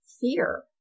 fear